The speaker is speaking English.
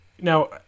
now